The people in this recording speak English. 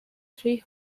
three